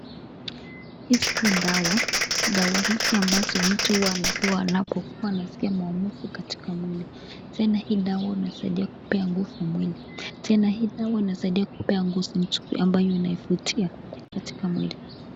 Hizi ni dawa .Dawa hizi ambazo mtu huwa anapewa anapokua anasikia maumivu katika mwili. Tena hii dawa inasaidia kupea nguvu mwili ,tena hii dawa inasaidia kupea ngozi nzuri ambayo inayovutia katika mwili.